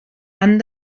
han